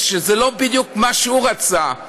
שזה לא בדיוק מה שהוא רצה.